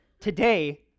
Today